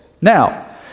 Now